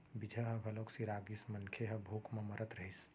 बीजहा ह घलोक सिरा गिस, मनखे ह भूख म मरत रहिस